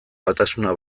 batasuna